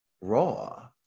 raw